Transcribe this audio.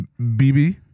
BB